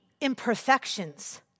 imperfections